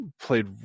played